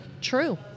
True